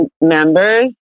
members